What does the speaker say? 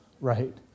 right